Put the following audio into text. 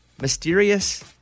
mysterious